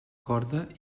corda